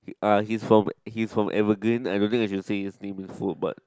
uh he's from he's from Evergreen I don't think I should say his name in full but